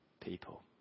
people